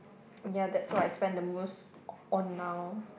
ya that's what I spent the most on now